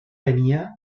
venia